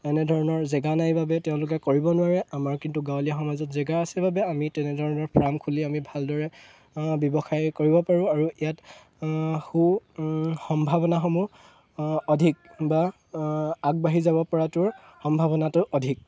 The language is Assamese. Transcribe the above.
এনেধৰণৰ জেগা নাই বাবে তেওঁলোকে কৰিব নোৱাৰে আমাৰ কিন্তু গাঁৱলীয়া সমাজত জেগা আছে বাবে আমি তেনেধৰণৰ ফাৰ্ম খুলি আমি ভালদৰে ব্যৱসায় কৰিব পাৰোঁ আৰু ইয়াত সু সম্ভাৱনাসমূহ অধিক বা আগবাঢ়ি যাব পৰাটোৰ সম্ভাৱনাটো অধিক